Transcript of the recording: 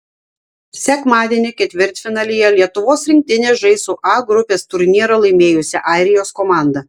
sekmadienį ketvirtfinalyje lietuvos rinktinė žais su a grupės turnyrą laimėjusia airijos komanda